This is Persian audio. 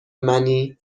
منی